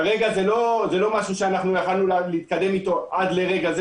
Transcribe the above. כרגע זה לא משהו שאנחנו יכולנו להתקדם אתו עד לרגע זה